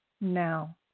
now